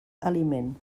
aliment